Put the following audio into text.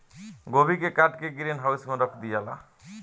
गोभी के काट के ग्रीन हाउस में रख दियाला